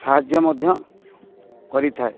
ସାହାଯ୍ୟ ମଧ୍ୟ କରିଥାଏ